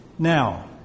Now